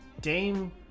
Dame